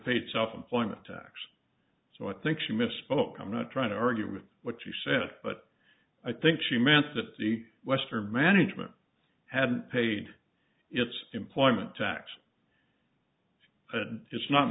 paid self employment tax so i think she misspoke i'm not trying to argue with what you said but i think she meant that the western management had paid its employment tax it's not